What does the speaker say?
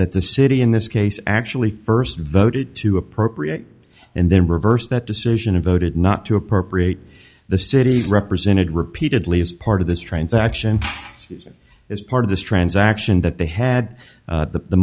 that the city in this case actually first voted to appropriate and then reversed that decision of voted not to appropriate the city's represented repeatedly as part of this transaction as part of this transaction that they had